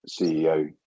ceo